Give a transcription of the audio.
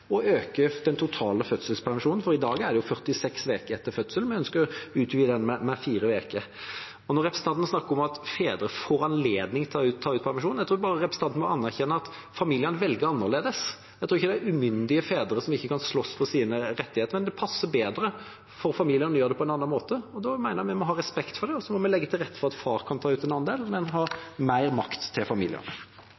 å øke den totale fødselspermisjonen. I dag er den på 46 uker etter fødselen, og vi ønsker å utvide den med fire uker. Når representanten snakker om at fedre får «anledning til» å ta ut permisjon: Jeg tror representanten bare må anerkjenne at familiene velger annerledes. Jeg tror ikke det er umyndige fedre som ikke kan slåss for sine rettigheter, men det passer bedre for familiene å gjøre det på en annen måte. Da mener jeg vi må ha respekt for det, og så må vi legge til rette for at far kan ta ut en andel, men ha